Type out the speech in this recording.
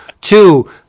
two